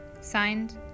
Signed